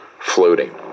Floating